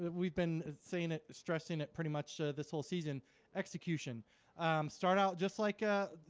we've been saying it stressing it pretty much this whole season execution start out just like ah